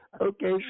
Okay